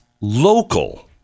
local